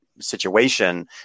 situation